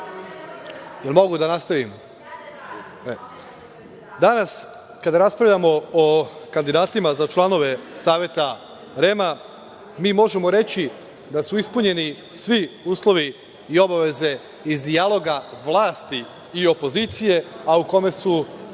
**Aleksandar Marković** Danas kada raspravljamo o kandidatima za članove Saveta REM-a mi možemo reći da su ispunjeni svi uslovi i obaveze iz dijaloga vlasti i opozicije, a u kome su